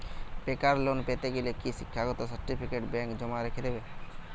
বেকার লোন পেতে গেলে কি শিক্ষাগত সার্টিফিকেট ব্যাঙ্ক জমা রেখে দেবে?